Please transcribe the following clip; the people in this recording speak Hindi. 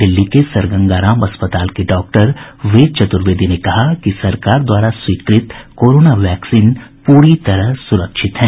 दिल्ली को सर गंगाराम अस्पताल के डॉक्टर वेद चतुर्वेदी ने कहा कि सरकार द्वारा स्वीकृत कोरोना वैक्सीन पूरी तरह से सुरक्षित है